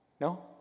No